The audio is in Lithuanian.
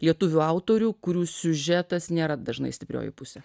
lietuvių autorių kurių siužetas nėra dažnai stiprioji pusė